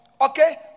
Okay